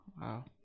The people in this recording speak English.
Wow